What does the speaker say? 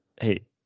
Hey